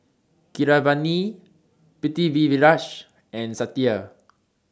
Keeravani Pritiviraj and Satya